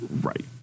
Right